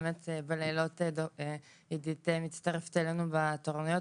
באמת בלילות עידית מצטרפת אלינו בתורנויות.